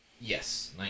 Yes